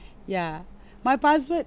ya my password